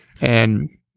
And-